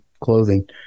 clothing